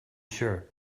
sure